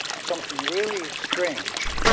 something really strange.